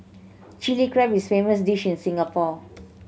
Chilli Crab is famous dish in Singapore